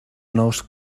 nous